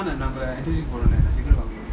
நாங்கபோடலசீக்கிரம்வாங்கணும்:nanga podala seekiram vanganum